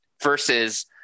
versus